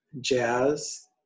jazz